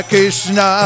Krishna